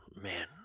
Man